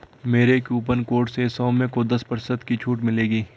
मेरे coupon code से सौम्य को दस प्रतिशत की छूट मिलेगी